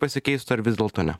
pasikeistų ar vis dėlto ne